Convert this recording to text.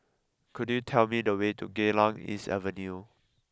could you tell me the way to Geylang East Avenue